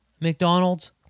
McDonald's